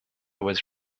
was